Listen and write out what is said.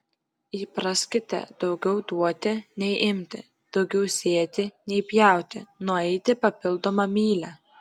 įpraskite daugiau duoti nei imti daugiau sėti nei pjauti nueiti papildomą mylią